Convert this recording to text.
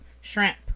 Shrimp